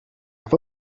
i’ve